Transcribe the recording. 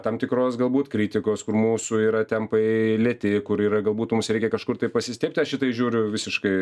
tam tikros galbūt kritikos kur mūsų yra tempai lėti kur yra galbūt mums reikia kažkur tai pasistiebti aš į tai žiūriu visiškai